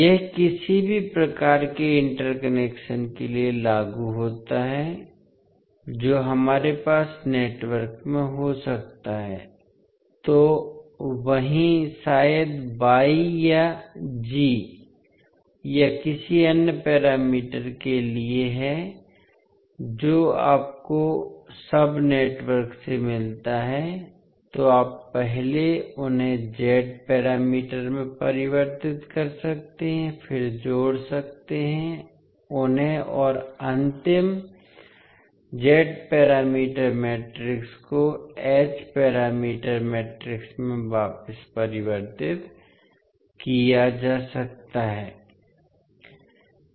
यह किसी भी प्रकार के इंटरकनेक्शन के लिए लागू होता है जो हमारे पास नेटवर्क में हो सकता है तो वही शायद y या g या किसी अन्य पैरामीटर के लिए है जो आपको सब नेटवर्क से मिलता है तो आप पहले उन्हें z पैरामीटर में परिवर्तित कर सकते हैं फिर जोड़ सकते हैं उन्हें और अंतिम z पैरामीटर मैट्रिक्स को h पैरामीटर मैट्रिक्स में वापस परिवर्तित किया जा सकता है